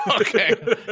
Okay